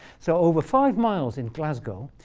so over five miles in glasgow,